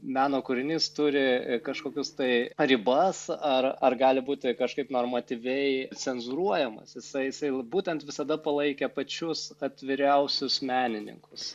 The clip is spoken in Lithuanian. meno kūrinys turi kažkokius tai ribas ar ar gali būti kažkaip normatyviai cenzūruojamas jisai jisai būtent visada palaikė pačius atviriausius menininkus